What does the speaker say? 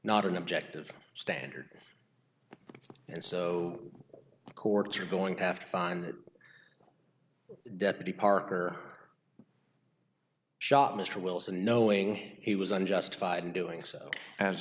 not an objective standard and so the courts are going to have to find that deputy parker shot mr wilson knowing he was unjustified in doing so as